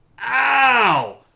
Ow